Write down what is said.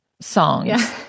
songs